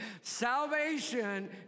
Salvation